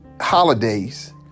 holidays